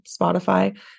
Spotify